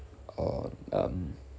or um